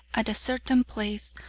at a certain place,